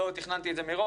לא תכננתי את זה מראש,